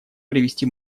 привести